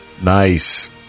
Nice